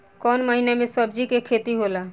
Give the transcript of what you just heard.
कोउन महीना में सब्जि के खेती होला?